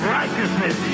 righteousness